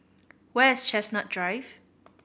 where is Chestnut Drive